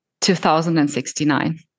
2069